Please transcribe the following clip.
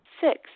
Six